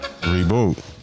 Reboot